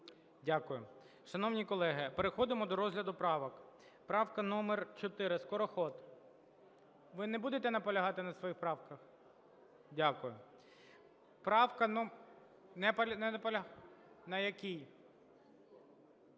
Шановні колеги, переходимо до розгляду правок. Правка номер 4, Скороход. Ви не будете наполягати на своїх правках? Дякую. Правка номер… На якій?